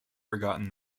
forgotten